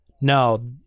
no